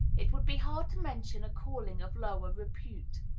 it would be hard to mention a calling of lower repute.